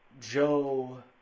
Joe